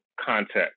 context